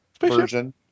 version